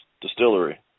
Distillery